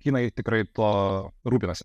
jinai tikrai to rūpinasi